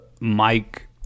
Mike